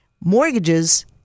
mortgages